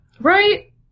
Right